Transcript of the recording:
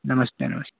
नमस्ते नमसते